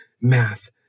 math